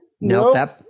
Nope